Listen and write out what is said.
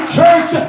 church